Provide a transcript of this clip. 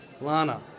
Lana